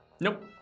Nope